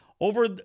over